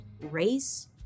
Race